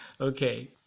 Okay